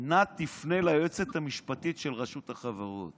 נא תפנה ליועצת המשפטית של רשות החברות.